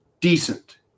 decent